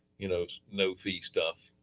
you know, no fee stuff.